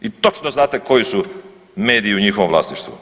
I točno znate koji su mediji u njihovom vlasništvu.